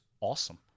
awesome